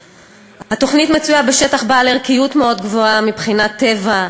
התוכנית מצויה בשטח עם ערכיות גבוהה מאוד מבחינת טבע,